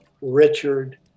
Richard